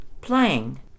playing